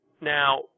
Now